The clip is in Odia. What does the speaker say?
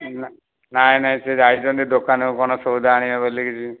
ନା ନାଇ ନାଇ ସେ ଯାଇଛନ୍ତି ଦୋକାନ କୁ କ'ଣ ସଉଦା ଆଣିବେ ବୋଲି